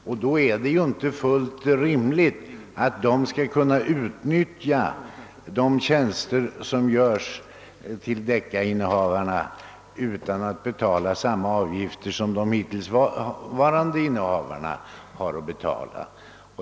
Och det vore ju inte riktigt rimligt att innehavarna av dessa nya sändare skulle kunna utnyttja de tjänster som deccainnehavarna får utan att man betalar de avgifter som uttas för deccasändarna.